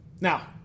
Now